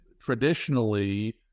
traditionally